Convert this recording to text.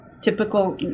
typical